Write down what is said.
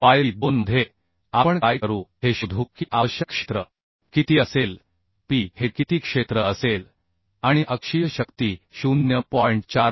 पायरी 2 मध्ये आपण काय करू हे शोधू की आवश्यक क्षेत्र किती असेल p हे किती क्षेत्र असेल आणि अक्षीय शक्ती 0